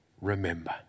remember